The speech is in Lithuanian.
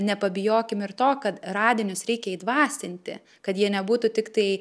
nepabijokim ir to kad radinius reikia įdvasinti kad jie nebūtų tiktai